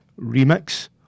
remix